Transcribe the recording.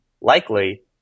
likely